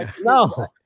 No